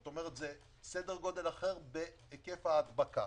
כלומר סדר גודל אחר בהיקף ההדבקה.